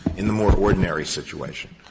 in the more ordinary situation,